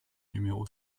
numéro